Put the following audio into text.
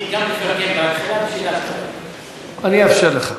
מפרגן, אני אאפשר לך.